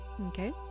Okay